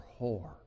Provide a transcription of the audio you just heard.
whore